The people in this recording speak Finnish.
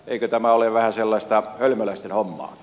eikö tämä ole vähän sellaista hölmöläisten hommaa